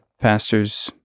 pastor's